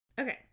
Okay